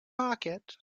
market